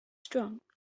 strong